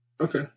Okay